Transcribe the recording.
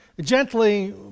gently